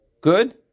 Good